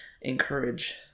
encourage